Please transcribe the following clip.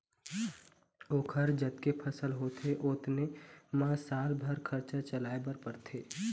ओखर जतके फसल होथे ओतने म साल भर खरचा चलाए बर परथे